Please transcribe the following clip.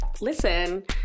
Listen